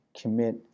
commit